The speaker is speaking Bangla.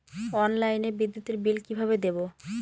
অনলাইনে বিদ্যুতের বিল কিভাবে দেব?